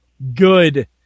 Good